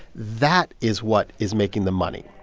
that is what is making the money.